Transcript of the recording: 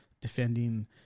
defending